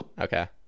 Okay